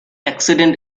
accident